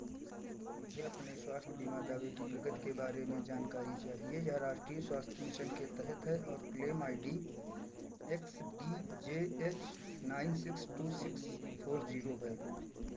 मुझे अपने स्वास्थ्य बीमा दावे की प्रगति के बारे में जानकारी चाहिए यह राष्ट्रीय स्वास्थ मिशन के तहत है और claim I D X D J H nine six two six four zero है